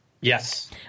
Yes